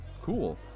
cool